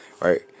right